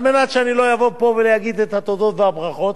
על מנת שלא אבוא לפה ואגיד את התודות והברכות,